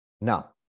Now